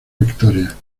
victoria